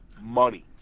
money